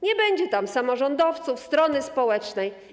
Nie będzie tam samorządowców, strony społecznej.